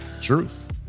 Truth